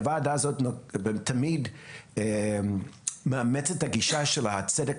הוועדה תמיד מאמצת את הגישה של הצדק